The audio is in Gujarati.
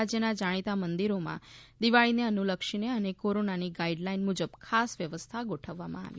રાજ્યના જાણીતા મંદિરોમાં દિવાળીને અનુલક્ષીને અને કોરોનાની ગાઇડલાઇન મુજબ ખાસ વ્યવસ્થા ગોઠવવામાં આવી છે